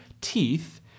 teeth